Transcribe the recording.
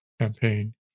campaign